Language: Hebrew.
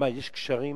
מה, יש גשרים